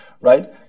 right